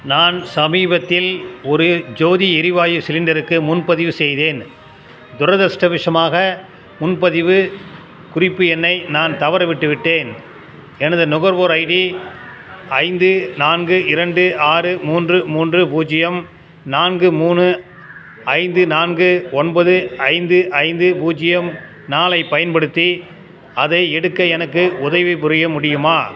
நான் சமீபத்தில் ஒரு ஜோதி எரிவாயு சிலிண்டருக்கு முன்பதிவு செய்தேன் துரதிர்ஷ்டவசமாக முன்பதிவு குறிப்பு எண்ணை நான் தவற விட்டுவிட்டேன் எனது நுகர்வோர் ஐடி ஐந்து நான்கு இரண்டு ஆறு மூன்று மூன்று பூஜ்ஜியம் நான்கு மூணு ஐந்து நான்கு ஒன்பது ஐந்து ஐந்து பூஜ்ஜியம் நாலைப் பயன்படுத்தி அதை எடுக்க எனக்கு உதவி புரிய முடியுமா